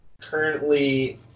currently